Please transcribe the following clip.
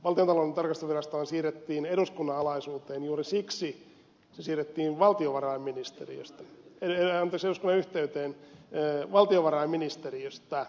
valtiontalouden tarkastusvirastohan siirrettiin juuri siksi eduskunnan alaisuuteen anteeksi eduskunnan yhteyteen valtiovarainministeriöstä